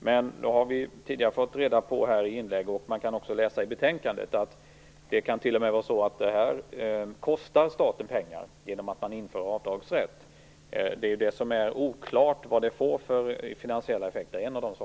Men vi har tidigare fått reda på - det kan man också läsa i betänkandet - att det kan t.o.m. vara så att det här kostar staten pengar genom att man inför avdragsrätt. En av de saker som är oklara är vad det får för finansiella effekter.